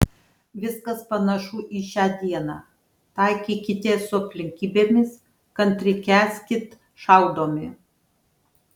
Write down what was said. viskas panašu į šią dieną taikykitės su aplinkybėmis kantriai kęskit šaudomi